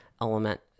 element